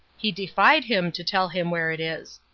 he defied him to tell him where it is.